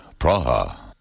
Praha